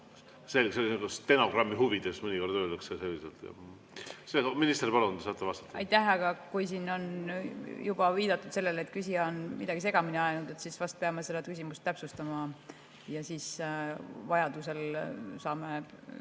See oli stenogrammi huvides, mõnikord öeldakse selliselt. Minister, palun, te saate vastata. Aitäh! Aga kui siin on juba viidatud sellele, et küsija on midagi segamini ajanud, siis vahest peame seda küsimust täpsustama ja siis vajadusel saame